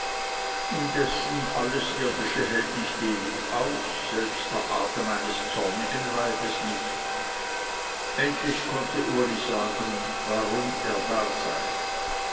indessen alles irdische hält nicht ewig aus selbst der atem eines zornigen weibes nicht endlich konnte uli sagen warum er da sei